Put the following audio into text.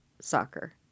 soccer